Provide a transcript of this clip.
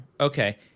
Okay